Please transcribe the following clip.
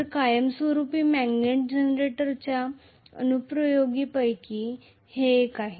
तर कायमस्वरुपी मॅग्नेट जनरेटरच्या अनुप्रयोगांपैकी हे एक आहे